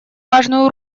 важную